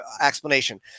explanation